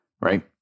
right